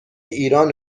ایران